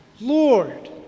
Lord